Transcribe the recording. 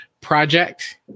project